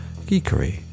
geekery